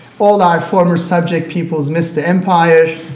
all our former subject peoples miss the empire.